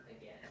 again